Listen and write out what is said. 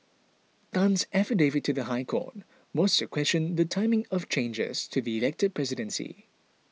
Tan's affidavit to the High Court was to question the timing of changes to the elected presidency